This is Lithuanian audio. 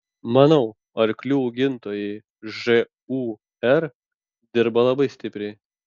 manau arklių augintojai žūr dirba labai stipriai